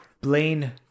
Blaine